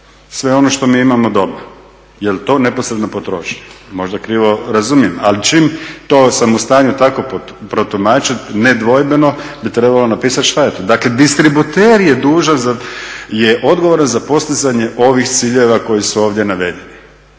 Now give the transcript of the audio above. sve ono što mi imamo doma. Jel' to neposredna potrošnja? Možda krivo razumijem ali čim to sam u stanju tako protumačiti nedvojbeno bi trebalo napisati što je to. Dakle, distributer je odgovoran za postizanje ovih ciljeva koji su ovdje navedeni.